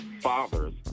fathers